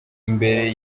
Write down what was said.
imbere